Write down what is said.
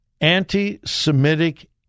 anti-Semitic